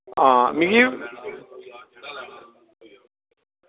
आं मिगी